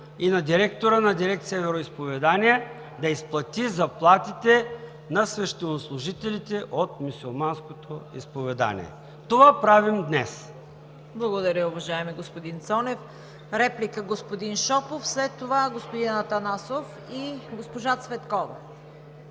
и на директора на Дирекция „Вероизповедания“ да изплати заплатите на свещенослужителите от мюсюлманското изповедание. Това правим днес. ПРЕДСЕДАТЕЛ ЦВЕТА КАРАЯНЧЕВА: Благодаря, уважаеми господин Цонев. Реплика – господин Шопов, след това – господин Атанасов, и госпожа Цветкова.